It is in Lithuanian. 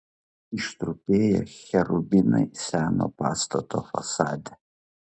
ištrupėję cherubinai seno pastato fasade